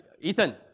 Ethan